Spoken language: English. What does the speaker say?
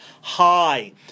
high